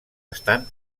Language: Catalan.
estan